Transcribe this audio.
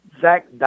Zach